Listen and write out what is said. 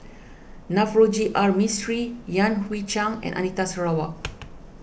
Navroji R Mistri Yan Hui Chang and Anita Sarawak